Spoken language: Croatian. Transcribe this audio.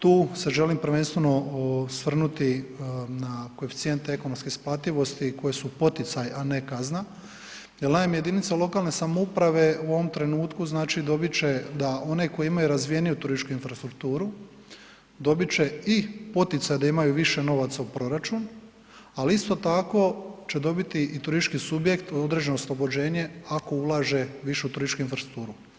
Tu se želim prvenstveno osvrnuti na koeficijente ekonomske isplativosti koji su poticaj a ne kazna, jer naime, jedinica lokalne samouprave u ovom trenutku znači dobit će da one koje imaju razvijeniju turističku infrastrukturu, dobit će i poticaj da imaju više novaca u proračunu, ali isto tako će dobiti turistički subjekt uz određeno oslobođenje ako ulaže više u turističku infrastrukturu.